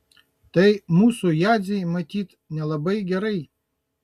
tai mūsų jadzei matyt nelabai gerai